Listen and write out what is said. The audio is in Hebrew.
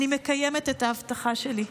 אני מקיימת את ההבטחה שלי.